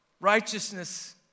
righteousness